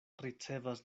ricevas